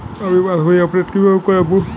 আমি passbook update কিভাবে করাব?